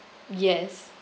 yes